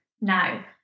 now